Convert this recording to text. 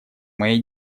моей